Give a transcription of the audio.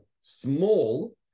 small